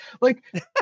Like-